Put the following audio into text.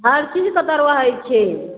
हर चीज के तरुआ होइ छै